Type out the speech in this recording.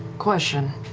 question.